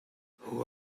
who